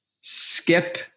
skip